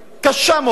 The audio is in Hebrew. קשה מאוד